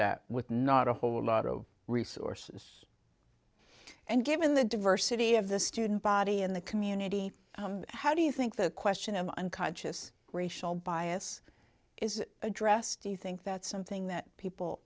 that with not a whole lot of resources and given the diversity of the student body in the community how do you think the question of unconscious racial bias is addressed do you think that's something that people